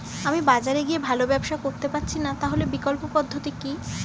আমি বাজারে গিয়ে ভালো ব্যবসা করতে পারছি না তাহলে বিকল্প পদ্ধতি কি?